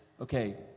okay